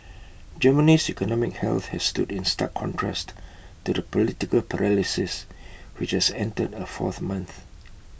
Germany's economic health has stood in stark contrast to the political paralysis which has entered A fourth month